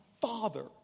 father